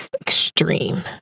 Extreme